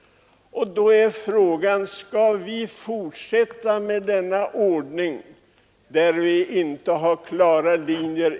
Då är frågan: Skall vi fortsätta med denna ordning, där vi inte har klara linjer?